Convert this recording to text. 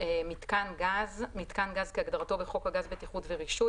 "מיתקן גז" מיתקן גז כהגדרתו בחוק הגז (בטיחות ורישוי),